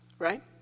Right